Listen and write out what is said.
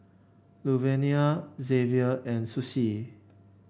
Luvenia Xzavier and Sussie